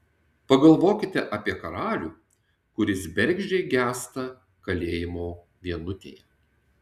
pagalvokite apie karalių kuris bergždžiai gęsta kalėjimo vienutėje